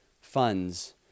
funds